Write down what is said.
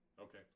okay